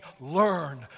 learn